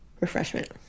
refreshment